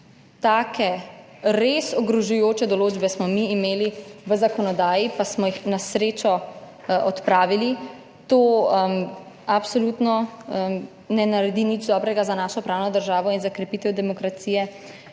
Take res ogrožajoče določbe smo mi imeli v zakonodaji, pa smo jih na srečo odpravili. To absolutno ne naredi nič dobrega za našo pravno državo in za krepitev demokracije.